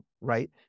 right